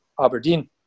Aberdeen